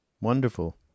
Wonderful